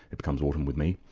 it becomes autumn with me'.